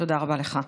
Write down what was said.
תודה רבה לך.